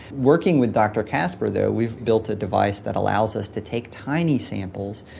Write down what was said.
working with dr casper though, we've built a device that allows us to take tiny samples,